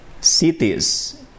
cities